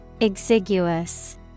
Exiguous